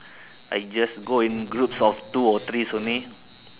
I just go in groups of two or threes only